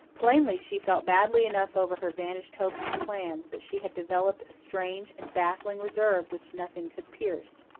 plainly she felt badly enough over her vanished hopes and plans, but she had developed a strange and baffling reserve which nothing could pierce.